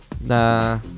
Nah